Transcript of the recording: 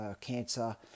cancer